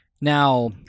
now